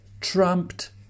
trumped